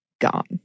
gone